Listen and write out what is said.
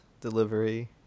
delivery